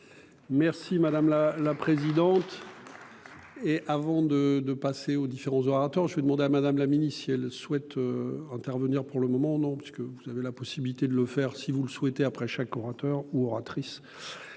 Merci madame la présidente. Et avant de de passer aux différents orateurs, je vais demander à Madame la mini-si elle souhaite. Intervenir pour le moment non parce que vous avez la possibilité de le faire si vous le souhaitez, après chaque orateur ou oratrice.